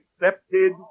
accepted